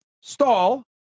stall